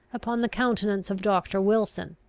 upon the countenance of doctor wilson,